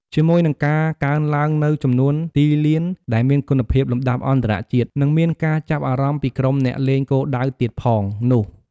ជាមួយនឹងការកើនឡើងនូវចំនួនទីលានដែលមានគុណភាពលំដាប់អន្តរជាតិ និងមានការចាប់អារម្មណ៍ពីក្រុមអ្នកលេងគោលដៅទៀតផងនោះ។